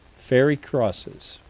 fairy crosses.